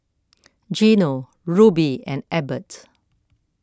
Gino Ruby and Ebert